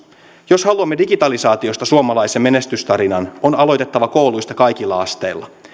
jos haluamme digitalisaatiosta suomalaisen menestystarinan on aloitettava kouluista kaikilla asteilla